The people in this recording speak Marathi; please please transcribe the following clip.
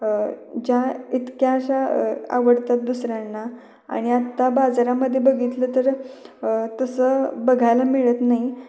ज्या इतक्या अशा आवडतात दुसऱ्यांना आणि आत्ता बाजारामध्ये बघितलं तर तसं बघायला मिळत नाही